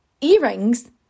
earrings